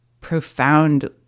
profound